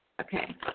Okay